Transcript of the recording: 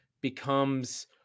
becomes